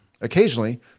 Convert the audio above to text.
Occasionally